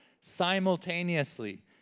simultaneously